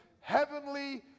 heavenly